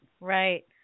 Right